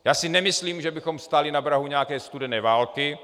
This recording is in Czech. Já si nemyslím, že bychom stáli na prahu nějaké studené války.